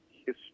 history